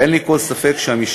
אין לי כל ספק שהמשטרה,